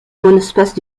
monospace